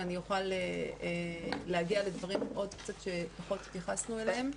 שאני אוכל להגיע לדברים שפחות התייחסנו אליהם.